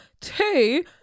Two